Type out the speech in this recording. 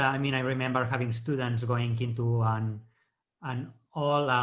i mean, i remember having students going into an an all